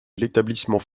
l’établissement